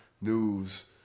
news